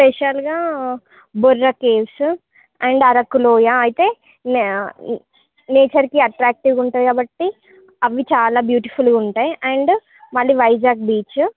స్పెషల్గా Borra caves and Araku Loya అయితే నే నేచర్కి అట్రాక్టివ్ ఉంటాయి కాబట్టి అవి చాలా బ్యూటిఫుల్గా ఉంటాయి అండ్ మళ్లీ వైజాగ్ బీచ్